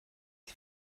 ich